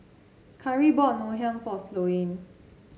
Karri bought Ngoh Hiang for Sloane